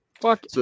Fuck